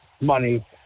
money